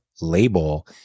label